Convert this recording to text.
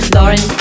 Lauren